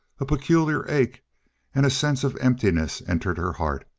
a peculiar ache and sense of emptiness entered her heart,